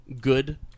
good